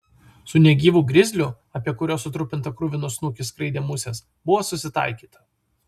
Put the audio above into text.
su negyvu grizliu apie kurio sutrupintą kruviną snukį skraidė musės buvo susitaikyta